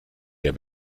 der